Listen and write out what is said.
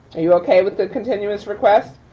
are you okay with the continuous request?